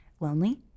lonely